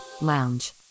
lounge